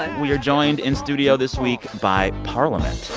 we are joined in studio this week by parliament